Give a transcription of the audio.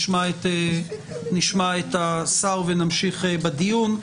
נשמע את השר ונמשיך בדיון.